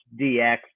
DX